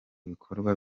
bikorwa